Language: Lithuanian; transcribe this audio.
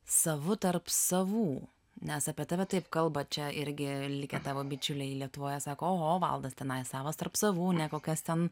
savu tarp savų nes apie tave taip kalba čia irgi likę tavo bičiuliai lietuvoje sako oho valdas tenai savas tarp savų ne kokios ten